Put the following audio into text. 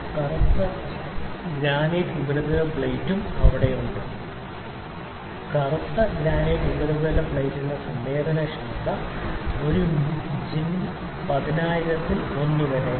കറുത്ത ഗ്രാനൈറ്റ് ഉപരിതല പ്ലേറ്റും അവിടെയുണ്ട് കറുത്ത ഗ്രാനൈറ്റ് ഉപരിതല പ്ലേറ്റിന്റെ സംവേദനക്ഷമത ഒരു ഇഞ്ചിന്റെ 10000 ഇൽ 1 വരെയാണ്